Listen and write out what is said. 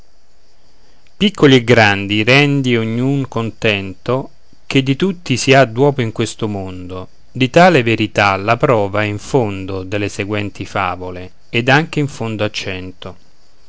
piccoli e grandi rendi ognun contento ché di tutti si ha d'uopo in questo mondo di tale verità la prova è in fondo delle seguenti favole ed anche in fondo a cento